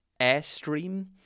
Airstream